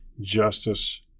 justice